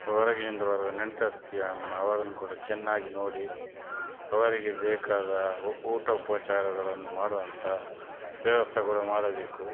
ಹೊರಗಿನಿಂದ ಬರುವ ನೆಂಟಸ್ತಿಯನ್ನು ಅವರನ್ನು ಕೂಡ ಚೆನ್ನಾಗಿ ನೋಡಿ ಅವರಿಗೆ ಬೇಕಾದ ಊಟ ಉಪಚಾರಗಳನ್ನು ಮಾಡುವಂಥ ವ್ಯವಸ್ಥೆಗಳು ಮಾಡಬೇಕು